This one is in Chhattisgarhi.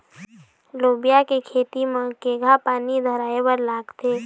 लोबिया के खेती म केघा पानी धराएबर लागथे?